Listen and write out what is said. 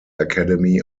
academy